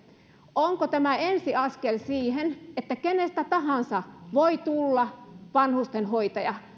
onko tämä ensiaskel siihen että kenestä tahansa voi tulla vanhustenhoitaja